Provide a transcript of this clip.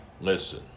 listen